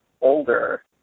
older